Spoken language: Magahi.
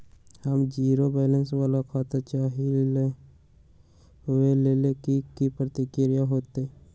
हम जीरो बैलेंस वाला खाता चाहइले वो लेल की की प्रक्रिया होतई?